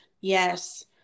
Yes